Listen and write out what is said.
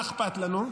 מה אכפת לנו,